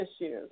issues